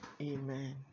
amen